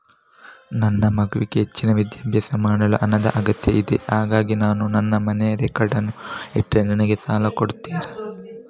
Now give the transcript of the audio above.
ನನ್ನ ಮಗನಿಗೆ ಹೆಚ್ಚಿನ ವಿದ್ಯಾಭ್ಯಾಸ ಮಾಡಲು ಹಣದ ಅಗತ್ಯ ಇದೆ ಹಾಗಾಗಿ ನಾನು ನನ್ನ ಮನೆಯ ರೆಕಾರ್ಡ್ಸ್ ಅನ್ನು ಇಟ್ರೆ ನನಗೆ ಸಾಲ ಕೊಡುವಿರಾ?